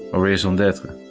or raison d'etre.